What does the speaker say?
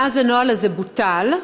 ואז הנוהל הזה בוטל,